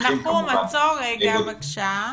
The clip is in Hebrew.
כמובן בודקים --- נחום תעצור רגע בבקשה.